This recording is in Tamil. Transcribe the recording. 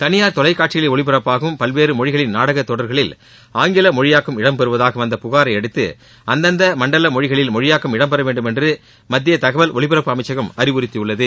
தனியார் தொலைக்காட்சிகளில் ஒளிபரப்பாகும் பல்வேறு மொழிகளின் நாடகத் தொடர்களில் ஆங்கில மொழியாக்கம் இடம்பெறுவதாக வந்த புகாரை அடுத்து அந்தந்த மண்டல மொழிகளில் மொழியாக்கம் இடம்பெற வேண்டும் என்று மத்திய தகவல் ஒலிபரப்பு அமைச்சகம் அறிவுறுத்தியுள்ளது